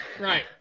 Right